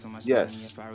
Yes